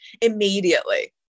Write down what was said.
immediately